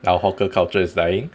our hawker culture is dying